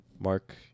Mark